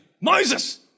Moses